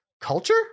culture